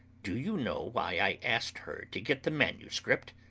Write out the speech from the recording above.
do you know why i asked her to get the manuscript?